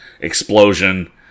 explosion